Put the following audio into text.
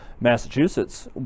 Massachusetts